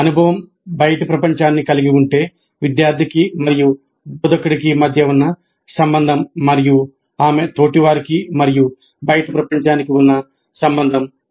అనుభవం బయటి ప్రపంచాన్ని కలిగి ఉంటే విద్యార్థికి మరియు బోధకుడికి మధ్య ఉన్న సంబంధం మరియు ఆమె తోటివారికి మరియు బయటి ప్రపంచానికి ఉన్న సంబంధం ఏమిటి